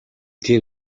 тийм